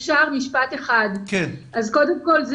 קודם כל,